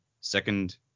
Second